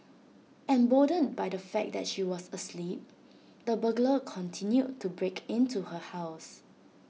emboldened by the fact that she was asleep the burglar continued to break into her house